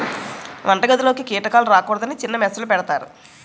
వంటగదిలోకి కీటకాలు రాకూడదని చిన్న మెష్ లు పెడతారు